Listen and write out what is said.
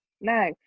no